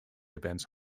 events